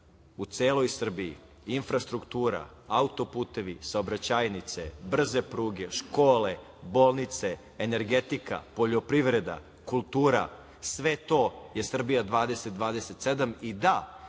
u celoj Srbiji - infrastruktura, auto-putevi, saobraćajnice, brze pruge, škole, bolnice, energetika, poljoprivreda, kultura. Sve to je "Srbija 2027".